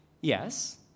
Yes